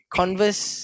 converse